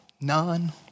None